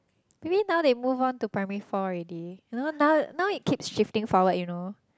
maybe now they move on to primary four already you know now now it keeps shifting forward you know